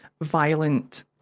violent